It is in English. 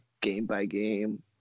game-by-game